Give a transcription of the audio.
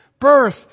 birth